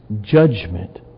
judgment